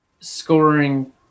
scoring